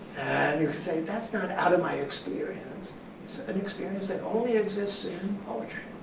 and you can say, that's not out of my experience. it's an experience that only exists in poetry.